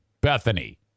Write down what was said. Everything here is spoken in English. Bethany